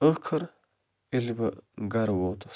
ٲخر ییٚلہِ بہٕ گَرٕ ووتُس